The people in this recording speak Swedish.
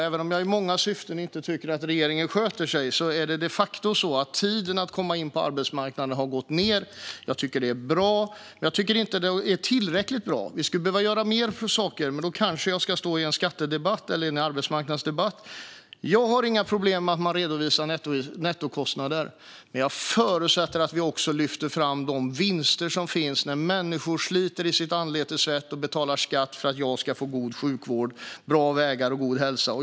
Även om jag i många stycken tycker att regeringen inte sköter sig är det de facto så att tiden det tar att komma in på arbetsmarknaden har minskat. Jag tycker att det är bra, men jag tycker inte att det är tillräckligt bra. Vi skulle behöva göra mer, men då ska jag kanske stå i en skattedebatt eller arbetsmarknadsdebatt. Jag har inga problem med att man redovisar nettokostnader, men jag förutsätter att vi också lyfter fram de vinster som finns när människor sliter i sitt anletes svett och betalar skatt för att jag ska få god sjukvård, bra vägar och god hälsa.